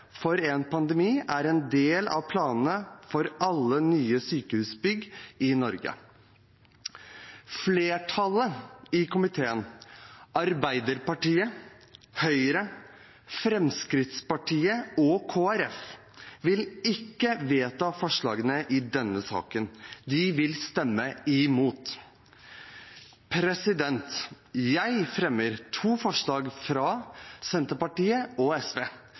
for en pandemi er en del av planene for alle nye sykehusbygg i Norge. Flertallet i komiteen, Arbeiderpartiet, Høyre, Fremskrittspartiet og Kristelig Folkeparti, vil ikke vedta forslagene i denne saken. De vil stemme imot. Jeg fremmer to forslag fra Senterpartiet og SV.